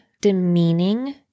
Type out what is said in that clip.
demeaning